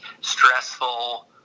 stressful